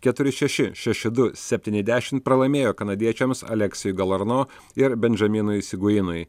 keturi šeši šeši du septyni dešimt pralaimėjo kanadiečiams aleksiui galarno ir bendžaminui siguinui